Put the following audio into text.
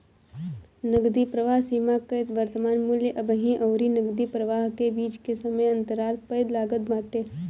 नगदी प्रवाह सीमा कअ वर्तमान मूल्य अबही अउरी नगदी प्रवाह के बीच के समय अंतराल पअ लागत बाटे